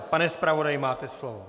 Pane zpravodaji, máte slovo.